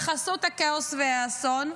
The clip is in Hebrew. בחסות הכאוס והאסון,